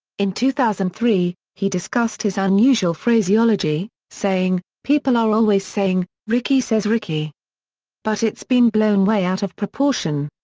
in two thousand and three, he discussed his unusual phraseology, saying, people are always saying, rickey says rickey but it's been blown way out of proportion.